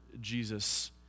Jesus